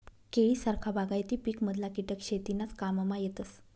केळी सारखा बागायती पिकमधला किटक शेतीनाज काममा येतस